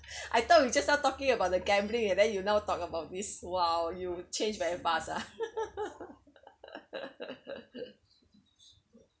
I though we just now talking about the gambling leh then you now talk about !wow! you change very fast ah